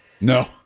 No